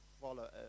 follow